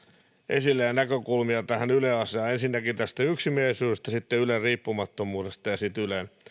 esille ja näkökulmia tähän yle asiaan ensinnäkin tästä yksimielisyydestä sitten ylen riippumattomuudesta ja sitten ylen